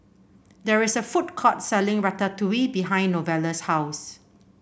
there is a food court selling Ratatouille behind Novella's house